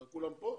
הוא כאן.